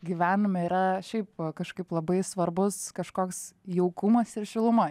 gyvenime yra šiaip kažkaip labai svarbus kažkoks jaukumas ir šiluma